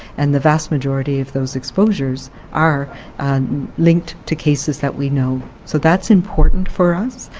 and the vast majority of those exposures are linked to cases that we know. so that's important for us.